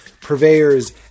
purveyors